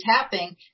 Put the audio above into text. tapping